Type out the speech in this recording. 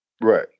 Right